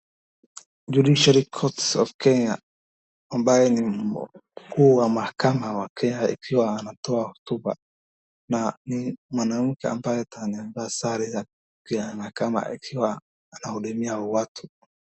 Judiciary corps of kenya ambaye ni mkuu wa mahakama wa kenya ikiwa anatoa hotuba na ni mwanamke ambaye hata amevaa sare ya ni kama anahudumia watu.